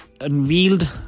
unveiled